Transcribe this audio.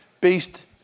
based